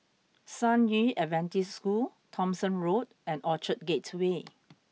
San Yu Adventist School Thomson Road and Orchard Gateway